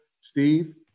Steve